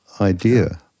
idea